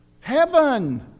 Heaven